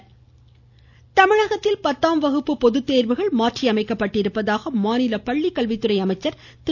பத்தாம் வகுப்பு தமிழகத்தில் பத்தாம் வகுப்பு பொதுத்தேர்வுகள் மாற்றி அமைக்கப்பட்டுள்ளதாக மாநில பள்ளிக்கல்வித்துறை அமைச்சர் திரு